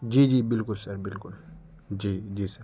جی جی بالکل سر بالکل جی جی سر